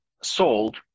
sold